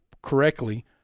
correctly